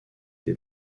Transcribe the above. des